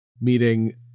meeting